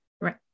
Right